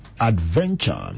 adventure